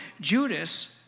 Judas